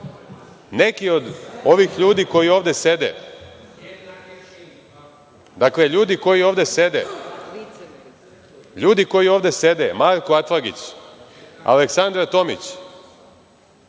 neki od ovih ljudi koji ovde sede, dakle, ljudi koji ovde sede, Marko Atlagić, Aleksandra Tomić,